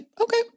okay